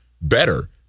better